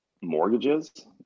mortgages